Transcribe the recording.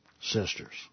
sisters